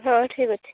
ହଁ ଠିକ୍ ଅଛି